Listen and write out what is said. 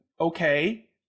okay